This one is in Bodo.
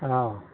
औ